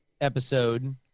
episode